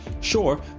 Sure